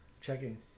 Checking